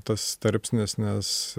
tas tarpsnis nes